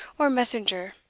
or messenger,